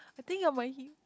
I think you are my he